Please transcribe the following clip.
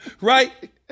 Right